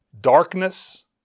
darkness